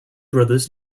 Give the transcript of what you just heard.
brothers